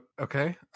Okay